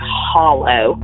hollow